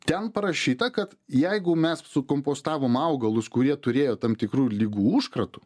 ten parašyta kad jeigu mes sukompostavom augalus kurie turėjo tam tikrų ligų užkratų